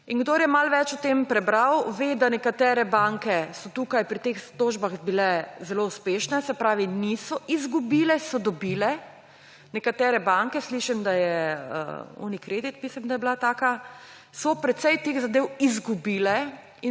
Kdor je malo več o tem prebral, ve, da so nekatere banke tukaj, pri teh tožbah bile zelo uspešne. Se pravi, niso izgubile, so dobile, nekatere banke ‒ slišim, da je Unikredit … mislim, da je bila taka – so precej teh zadev izgubile